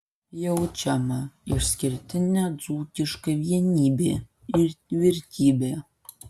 jaučiama išskirtinė dzūkiška vienybė ir tvirtybė